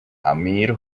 amir